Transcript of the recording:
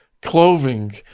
Clothing